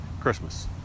Christmas